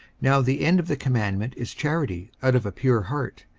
now the end of the commandment is charity out of a pure heart,